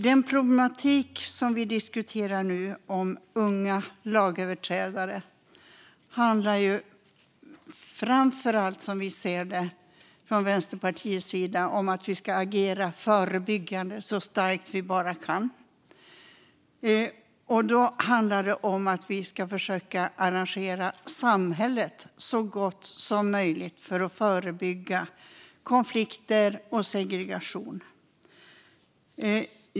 Den problematik om unga lagöverträdare som vi diskuterar nu handlar, som Vänsterpartiet ser det, framför allt om att agera förebyggande, och vi ska göra det så mycket vi bara kan. Vi måste försöka arrangera samhället så gott som möjligt för att förebygga konflikter och segregation.